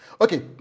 Okay